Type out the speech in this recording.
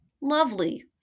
lovely